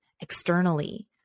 externally